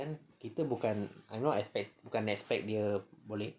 kan kita bukan I'm not expect bukan expect dia boleh